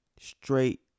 straight